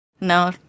No